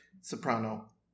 soprano